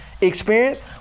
experience